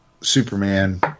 Superman